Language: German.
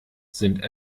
sind